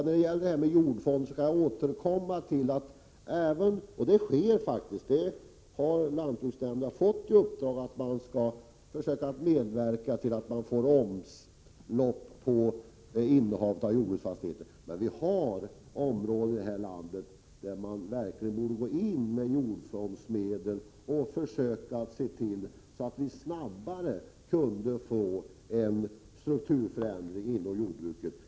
När det gäller jordfonden har lantbruksnämnderna fått i uppdrag att försöka medverka till att man får omlopp i innehavet av jordbruksfastigheter, men vi har områden i landet där man verkligen borde gå in med jordfondsmedel för att snabbare få till stånd en strukturförändring inom jordbruket.